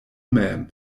mem